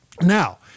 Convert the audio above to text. Now